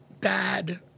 Bad